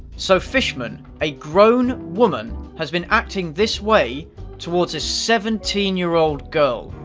so fishman a grown woman has been acting this way towards a seventeen year old girl.